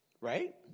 Right